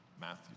Matthew